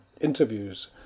interviews